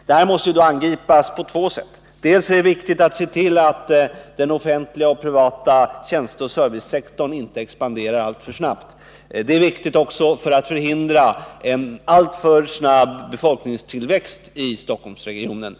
Problemen måste angripas på två vis. För det första är det viktigt att se till att den offentliga och privata tjänsteoch servicesektorn inte expanderar alltför snabbt — detta också för att förhindra en alltför hastig befolkningstillväxt i Stockholmsregionen.